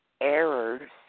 errors